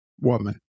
woman